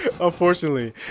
Unfortunately